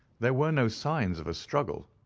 there were no signs of a struggle,